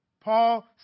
Paul